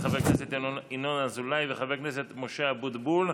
ינון אזולאי ומשה אבוטבול,